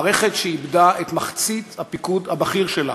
מערכת שאיבדה את מחצית הפיקוד הבכיר שלה,